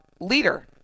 leader